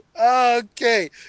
Okay